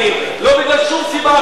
לא בגלל שום סיבה אחרת.